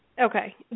Okay